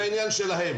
זה עניין שלה.